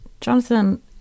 Jonathan